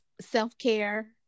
self-care